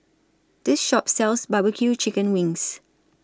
This Shop sells Barbecue Chicken Wings